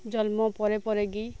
ᱡᱚᱱᱢᱚ ᱯᱚᱨᱮ ᱯᱚᱨᱮ ᱜᱮ